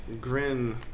grin